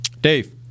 Dave